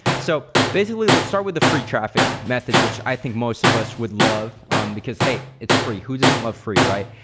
so, basically let's start with the free traffic method which i think most of us would love um because hey, it's free. who doesn't love free, right?